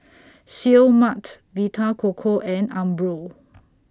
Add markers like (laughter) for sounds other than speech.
(noise) Seoul Mart Vita Coco and Umbro